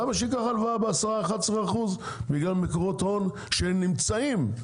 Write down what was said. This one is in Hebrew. למה שייקח הלוואה ב-11%-1% בגלל מקורות הון שהם נמצאים,